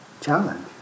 challenge